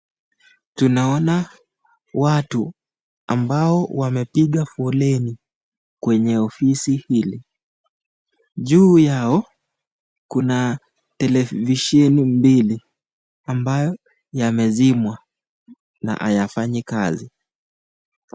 Tunaona watu ambao wamepiga foleni kwenye ofisi hili, juu yao luna televisheni mbili ambayo yamezimwa na hayafanyi kazi.